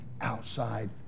outside